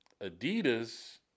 Adidas